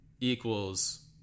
equals